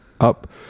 up